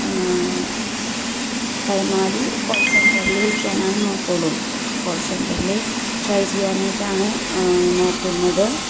പരമാവധി കോൾ സെൻ്റർൽ വിളിക്കാനാണ് നോക്കുകയുള്ളൂ കോൾ സെൻ്ററിൽ ട്രൈ ചെയ്യാനായിട്ടാണ് നോക്കുന്നത്